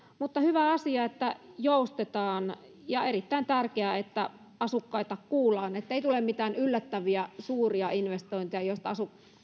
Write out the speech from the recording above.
mutta hyvä asia että joustetaan ja erittäin tärkeää että asukkaita kuullaan että ei tule mitään yllättäviä suuria investointeja joista